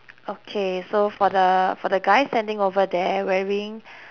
okay so for the for the guy standing over there wearing